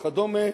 וכדומה,